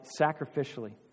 sacrificially